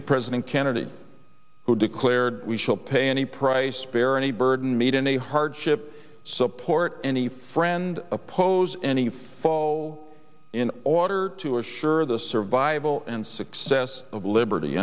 the president kennedy who declared we shall pay any price bear any burden meet any hardship support any friend oppose any fall in order to assure the survival and success of liberty